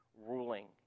ruling